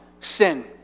sin